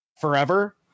forever